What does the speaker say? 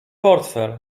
portfel